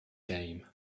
game